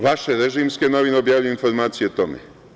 Vaše režimske novine objavljuju informacije o tome.